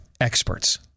experts